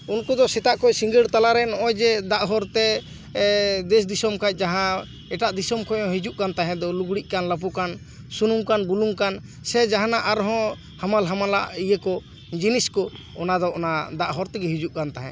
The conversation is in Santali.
ᱩᱱᱠᱩ ᱫᱚ ᱥᱮᱛᱟᱜ ᱠᱷᱚᱱ ᱥᱤᱸᱜᱟᱹᱲ ᱛᱟᱞᱟ ᱨᱮ ᱱᱚᱜ ᱚᱭ ᱡᱮ ᱫᱟᱜ ᱦᱚᱨ ᱛᱮ ᱫᱮᱥ ᱫᱤᱥᱚᱢ ᱠᱷᱚᱱ ᱡᱟᱦᱟᱸ ᱮᱴᱟᱜ ᱫᱤᱥᱚᱢ ᱠᱷᱚᱱ ᱦᱤᱡᱩᱜ ᱠᱟᱱ ᱛᱟᱦᱮᱸ ᱫᱚ ᱞᱩᱜᱽᱲᱤᱡ ᱠᱟᱱ ᱞᱟᱯᱚ ᱠᱟᱱ ᱥᱩᱱᱩᱢ ᱠᱟᱱ ᱵᱩᱞᱩᱝ ᱠᱟᱱ ᱥᱮ ᱡᱟᱦᱟᱸᱱᱟᱜ ᱟᱨ ᱦᱚᱸ ᱦᱟᱢᱟᱞ ᱦᱟᱢᱟᱞᱟᱜ ᱤᱭᱟᱹ ᱠᱚ ᱡᱤᱱᱤᱥ ᱠᱚ ᱚᱱᱟ ᱫᱚ ᱚᱱᱟ ᱫᱟᱜ ᱦᱚᱨ ᱛᱮᱜᱮ ᱦᱤᱡᱩᱜ ᱠᱟᱱ ᱛᱟᱦᱮᱸᱫ